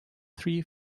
three